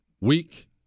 weak